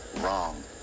wrong